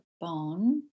bone